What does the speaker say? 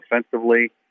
offensively